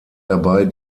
dabei